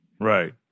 Right